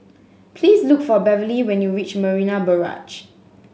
please look for Beverley when you reach Marina Barrage